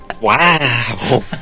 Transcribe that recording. Wow